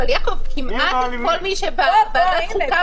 אבל יעקב, כמעט כל מי שבא, ועדת חוקה